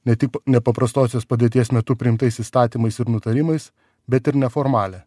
ne tik nepaprastosios padėties metu priimtais įstatymais ir nutarimais bet ir neformalią